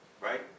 right